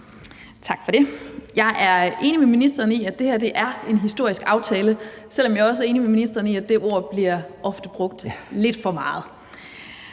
Tak for det. Jeg er enig med ministeren i, at det her er en historisk aftale, selv om jeg også er enig med ministeren i, at det ord ofte bliver brugt lidt for meget.